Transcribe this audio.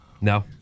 No